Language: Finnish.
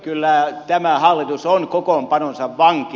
kyllä tämä hallitus on kokoonpanonsa vanki